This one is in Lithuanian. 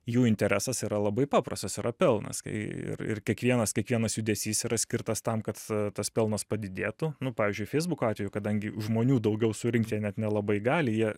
jų interesas yra labai paprastas yra pelnas kai ir ir kiekvienas kiekvienas judesys yra skirtas tam kad tas pelnas padidėtų nu pavyzdžiui feisbuko atveju kadangi žmonių daugiau surinkti net nelabai gali jie